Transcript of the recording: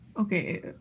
Okay